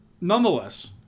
Nonetheless